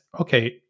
okay